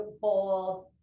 bold